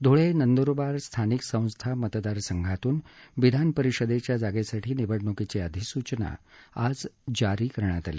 धुळे नंदुरबार स्थानिक संस्था मतदार संघातून विधान परिषदेच्या जागेसाठी निवडणुकीची अधिसूचना आज जारी करण्यात आली